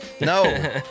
No